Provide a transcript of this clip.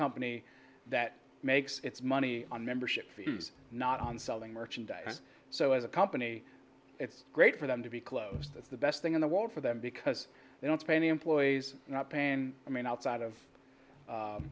company that makes its money on membership fees not on selling merchandise so as a company it's great for them to be close that's the best thing in the world for them because they don't pay any employees not pain i mean outside of